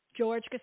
George